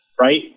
right